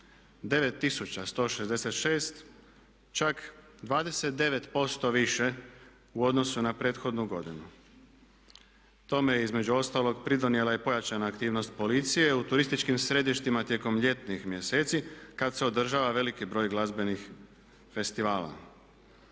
9166, čak 29% više u odnosu na prethodnu godinu. Tome je između ostalog pridonijela i pojačana aktivnost policije u turističkim središtima tijekom ljetnih mjeseci kada se održava veliki broj glazbenih festivala.